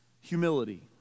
humility